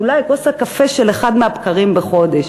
אולי כוס הקפה של אחד מהבקרים בחודש.